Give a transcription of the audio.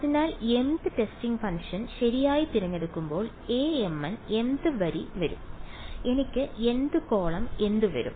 അതിനാൽ mth testing function ശരിയായി തിരഞ്ഞെടുക്കുമ്പോൾ Amn mth വരി വരും എനിക്ക് nth കോളം എന്ത് നൽകും